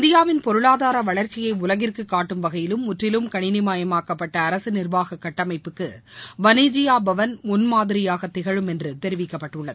இந்தியாவின் பொருளாதார வளர்ச்சியை உலகிற்கு காட்டும் வகையிலும் முற்றிலும் கணினி மயமாக்கப்பாட்ட அரக நிர்வாக கட்டமைப்புக்கு வனிஜியா பவன் முன் மாதிரியாக திகழும் என்றும் தெரிவிக்கப்பட்டுள்ளது